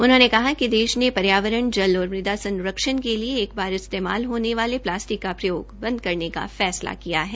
उन्होंने कहा िक देश ने पर्यावरण जल और मुदा संरक्षण के लिए एक बार इस्तेमाल होने वाले प्लास्टिक का प्रयोग बंद करने का फैसला किया है